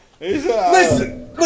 listen